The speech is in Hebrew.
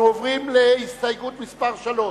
אני עובר להסתייגות (2),